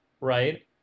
right